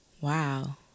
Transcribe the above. wow